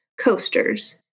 coasters